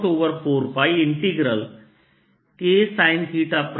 ds के रूप में लिखूंगा